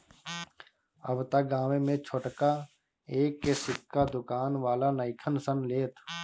अब त गांवे में छोटका एक के सिक्का दुकान वाला नइखन सन लेत